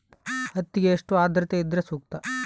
ಹತ್ತಿಗೆ ಎಷ್ಟು ಆದ್ರತೆ ಇದ್ರೆ ಸೂಕ್ತ?